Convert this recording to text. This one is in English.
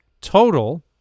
total